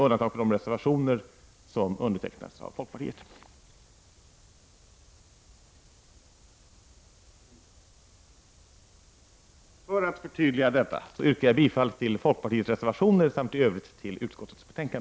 Jag yrkar bifall till folkpartiets reservationer samt i övrigt till utskottets hemställan.